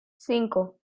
cinco